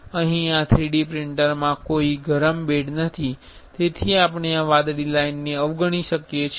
અહીં આ 3D પ્રિંટરમાં કોઈ ગરમ બેડ નથી તેથી આપણે આ વાદળી લાઇનને અવગણી શકીએ છીએ